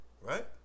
right